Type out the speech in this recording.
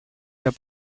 las